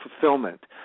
fulfillment